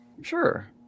sure